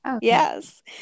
Yes